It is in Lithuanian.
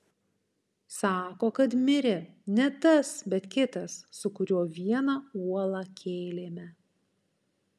sako kad mirė ne tas bet kitas su kuriuo vieną uolą kėlėme